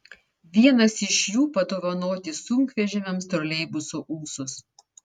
vienas iš jų padovanoti sunkvežimiams troleibuso ūsus